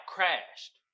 Crashed